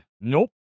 Nope